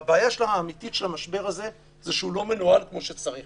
הבעיה האמיתית של המשבר הזה היא שהוא לא מנוהל כמו שצריך,